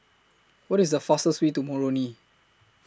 What IS The fastest Way to Moroni